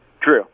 True